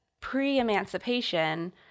pre-emancipation